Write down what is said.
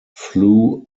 flew